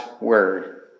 word